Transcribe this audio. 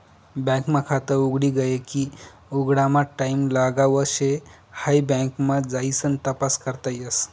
bank मा खात उघडी गये की उघडामा टाईम लागाव शे हाई बँक मा जाइसन तपास करता येस